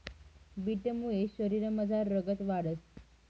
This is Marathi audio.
बीटमुये शरीरमझार रगत वाढंस